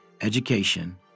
education